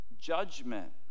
judgment